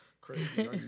crazy